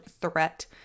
Threat